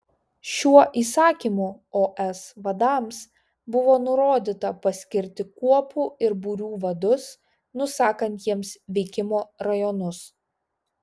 šiuo įsakymu os vadams buvo nurodyta paskirti kuopų ir būrių vadus nusakant jiems veikimo rajonus